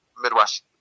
Midwest